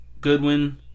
Goodwin